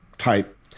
type